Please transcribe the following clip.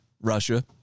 Russia